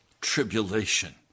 Tribulation